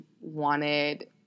wanted